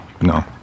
no